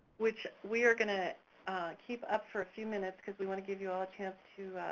which we are gonna keep up for a few minutes because we wanna give you all a chance